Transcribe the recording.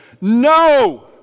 No